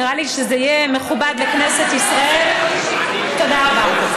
נראה לי שזה יהיה מכובד לכנסת ישראל, תודה רבה.